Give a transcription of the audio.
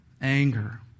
anger